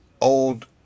old